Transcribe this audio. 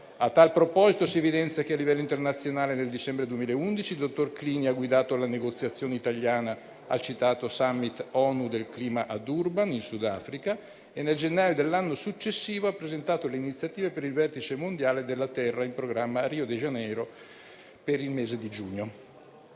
A tal proposito si evidenzia che a livello internazionale nel dicembre 2011 il dottor Clini ha guidato la negoziazione italiana nel citato *summit* ONU del clima a Durban, in Sudafrica, e nel gennaio dell'anno successivo ha presentato le iniziative per il Vertice mondiale della terra in programma a Rio de Janeiro per il mese di giugno.